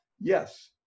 Yes